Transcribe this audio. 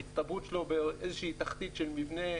ההצטברות שלו באיזושהי תחתית של מבנה,